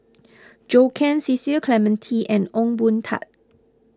Zhou Can Cecil Clementi and Ong Boon Tat